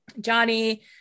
Johnny